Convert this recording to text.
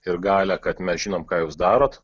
ir galią kad mes žinom ką jūs darote